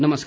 नमस्कार